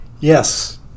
Yes